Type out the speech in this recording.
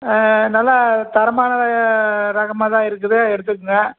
ஆ நல்லா தரமான ரகமாக தான் இருக்குது எடுத்துக்கங்க